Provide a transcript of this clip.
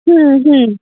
হুম হুম